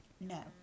No